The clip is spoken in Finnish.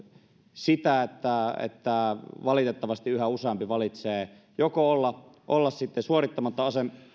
sitä että että valitettavasti yhä useampi päättää joko olla olla sitten suorittamatta